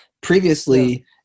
previously